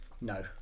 No